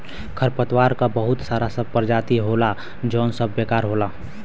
खरपतवार क बहुत सारा परजाती होला जौन सब बेकार होला